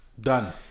Done